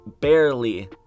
barely